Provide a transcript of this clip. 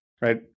right